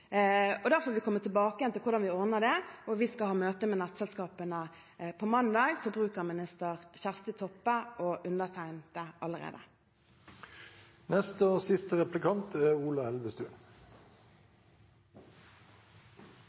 vi komme tilbake til hvordan vi ordner det, og vi – forbrukerminister Kjersti Toppe og undertegnede – skal ha møte med nettselskapene allerede på mandag. Først får jeg si at å stoppe utslippene fra gasskraftverk på sokkelen er